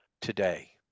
today